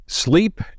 Sleep